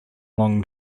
long